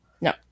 No